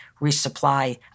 resupply